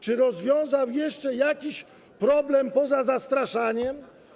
Czy rozwiązał jeszcze jakiś problem poza zastraszaniem?